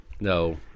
No